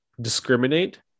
discriminate